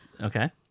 okay